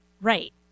Right